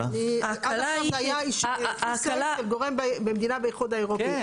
עד עכשיו זה היה אישור Presale של גורם במדינה באיחוד האירופי.